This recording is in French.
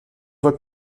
voie